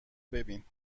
ببین